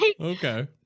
okay